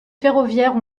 ferroviaires